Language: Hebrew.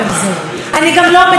שחברתי מובילה,